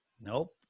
Nope